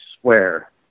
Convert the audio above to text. swear